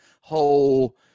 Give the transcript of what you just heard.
whole